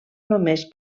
només